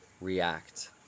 react